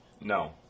No